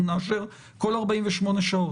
אנחנו נאשר כל 48 שעות.